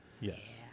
Yes